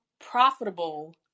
profitable